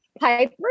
Piper